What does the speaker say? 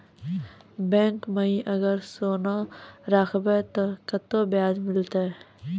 Bank माई अगर सोना राखबै ते कतो ब्याज मिलाते?